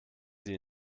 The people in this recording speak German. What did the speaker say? sie